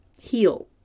heal